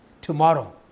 tomorrow